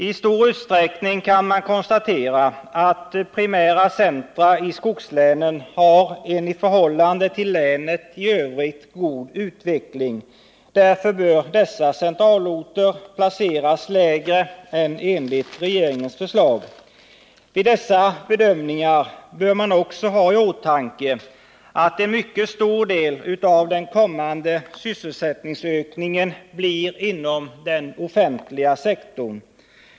I stor utsträckning kan man konstatera att primära centra i skogslänen har en i förhållande till länet i övrigt god utveckling. Därför bör dessa centralorter placeras lägre än enligt regeringens förslag. Vid dessa bedömningar bör man också ha i åtanke att en mycket stor del av den kommande sysselsättningsökningen sker inom den offentliga sektorn.